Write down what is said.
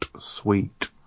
sweet